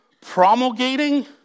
promulgating